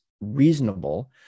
reasonable